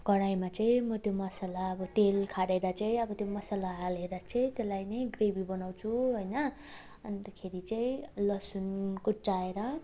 कराहीमा चाहिँ म त्यो मसला अब तेल खारेर चाहिँ अब त्यो मसला हालेर चाहिँ त्यसलाई नै ग्रेभी बनाउँछु होइन अन्तखेरि चाहिँ लसुन कुच्चाएर